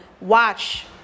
watch